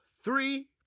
three